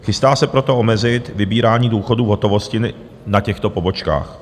Chystá se proto omezit vybírání důchodů v hotovosti na těchto pobočkách.